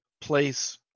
place